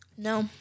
No